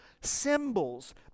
symbols